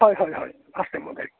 হয় হয় হয় আছে মোৰ গাড়ী